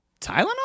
Tylenol